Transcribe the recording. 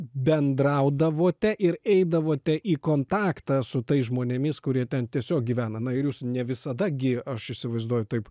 bendraudavote ir eidavote į kontaktą su tais žmonėmis kurie ten tiesiog gyvena na ir jūs ne visada gi aš įsivaizduoju taip